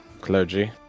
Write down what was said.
clergy